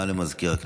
ירושלים,